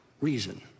reason